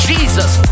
Jesus